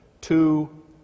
two